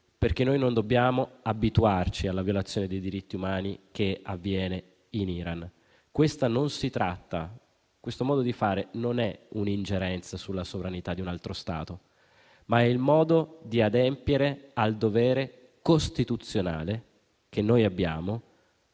pubblica. Non dobbiamo abituarci alla violazione dei diritti umani che avviene in Iran. Questa non è un'ingerenza sulla sovranità di un altro Stato, ma è il modo di adempiere al dovere costituzionale - che noi abbiamo